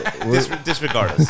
Disregard